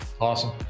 Awesome